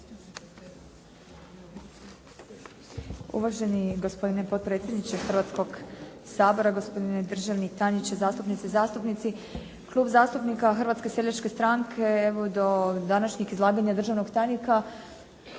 Uvaženi gospodine potpredsjedniče Hrvatskoga sabora, gospodine državni tajniče, zastupnice i zastupnici. Klub zastupnika Hrvatske seljačke stranke evo do današnjeg izlaganja državnog tajnika